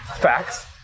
Facts